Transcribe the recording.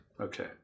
Okay